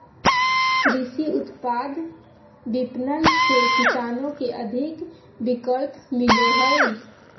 कृषि उत्पाद विपणन से किसान के अधिक विकल्प मिलो हइ